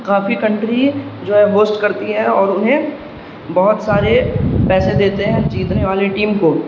کافی country جو ہے host کرتی ہے اور انہیں بہت سارے پیسے دیتے ہیں جیتنے والی ٹیم کو